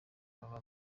kaba